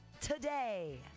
today